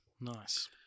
nice